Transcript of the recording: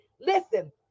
listen